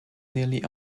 nearly